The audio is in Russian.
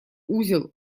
узел